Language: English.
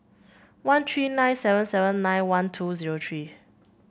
one three nine seven seven nine one two zero three